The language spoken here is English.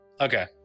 Okay